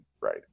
right